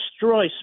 destroy